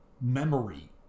memory